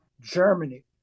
Germany